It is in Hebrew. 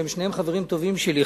שהם שניהם חברים טובים שלי,